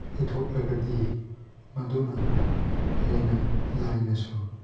ꯄꯤꯊꯣꯛꯂꯒꯗꯤ ꯃꯗꯨꯅ ꯍꯦꯟꯅ ꯂꯥꯏꯅꯁꯨ